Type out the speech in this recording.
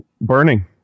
Burning